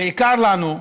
בעיקר לנו,